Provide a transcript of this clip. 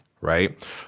right